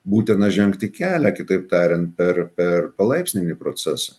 būtiną žengti kelią kitaip tariant per per palaipsninį procesą